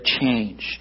changed